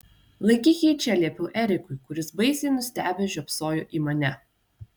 laikyk jį čia liepiau erikui kuris baisiai nustebęs žiopsojo į mane